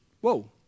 Whoa